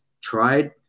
tried